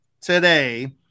today